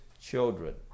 children